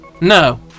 No